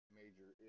major